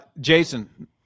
Jason